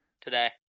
today